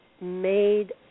made